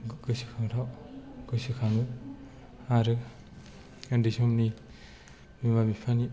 गोसोखांथाव गोसोखाङो आरो उन्दै समनि बिमा बिफानि